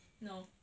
no